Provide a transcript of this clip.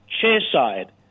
chair-side